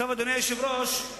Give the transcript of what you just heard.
אדוני היושב-ראש,